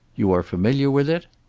you are familiar with it?